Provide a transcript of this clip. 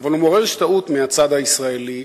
אבל מעורר השתאות מהצד הישראלי.